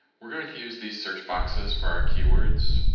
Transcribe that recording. we're going to use these search boxes for our keywords.